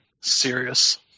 serious